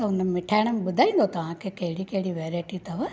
त हुन मिठाण में ॿुधाईंदो तव्हां खे कहिड़ी कहिड़ी वैरायटी अथव